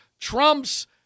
Trump's